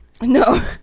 No